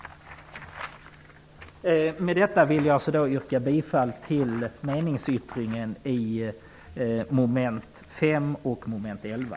Med detta yrkar jag bifall till meningsyttringen i mom. 5 och 11.